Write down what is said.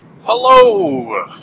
Hello